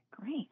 Great